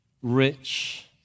rich